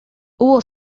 hubo